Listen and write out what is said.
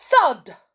Thud